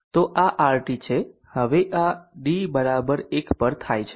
તો આ RT છે હવે આ d 1 પર થાય છે